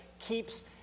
keeps